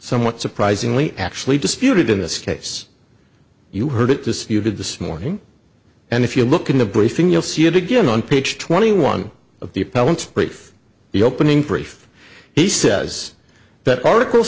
somewhat surprisingly actually disputed in this case you heard it disputed this morning and if you look in the briefing you'll see it again on page twenty one of the appellant brief the opening for if he says that article